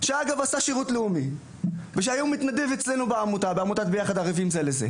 ועשה שירות לאומי והיום מתנדב אצלנו בעמותת ביחד- ערבים זה לזה.